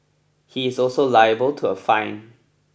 he is also liable to a fine